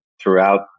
throughout